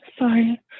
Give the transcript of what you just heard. Sorry